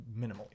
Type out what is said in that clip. minimally